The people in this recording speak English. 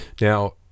Now